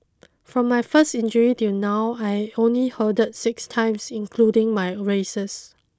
from my first injury till now I only hurdled six times including my races